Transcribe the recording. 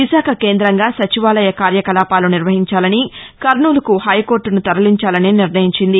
విశాఖ కేందంగా సచివాలయ కార్యకలాపాలు నిర్వహించాలని కర్నూలుకు హైకోర్టును తరలించాలని నిర్ణయించింది